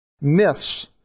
myths